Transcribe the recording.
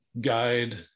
guide